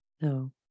No